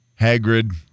hagrid